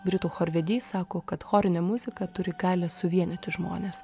britų chorvedys sako kad chorinė muzika turi galią suvienyti žmones